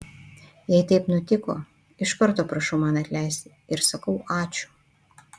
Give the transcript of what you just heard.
jei taip nutiko iš karto prašau man atleisti ir sakau ačiū